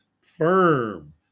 firm